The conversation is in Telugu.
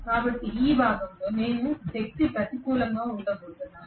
కాబట్టి ఈ భాగంలో నేను శక్తి ప్రతికూలంగా ఉండబోతున్నాను